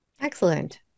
Excellent